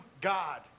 God